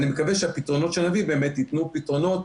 ואני מקווה שהפתרונות שנביא באמת ייתנו פתרונות